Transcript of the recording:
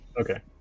Okay